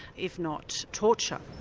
if not torture.